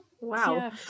Wow